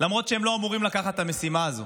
למרות שהם לא אמורים לקחת את המשימה הזו.